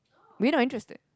we not interested